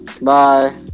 Bye